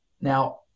Now